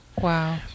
Wow